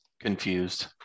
Confused